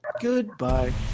Goodbye